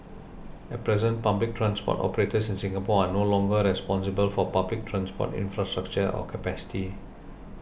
at present public transport operators in Singapore are no longer responsible for public transport infrastructure or capacity